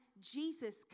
Jesus